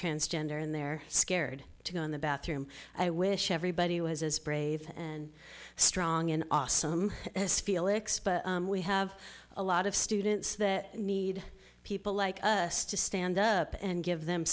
transgender and they're scared to go in the bathroom i wish everybody was as brave and strong and awesome as felix but we have a lot of students that need people like us to stand up and give them